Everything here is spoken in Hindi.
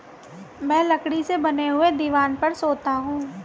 मैं लकड़ी से बने हुए दीवान पर सोता हूं